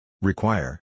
Require